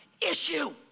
issue